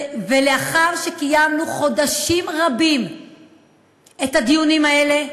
ולאחר שקיימנו חודשים רבים את הדיונים האלה,